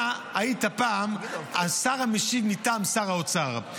אתה היית פעם השר המשיב מטעם שר האוצר.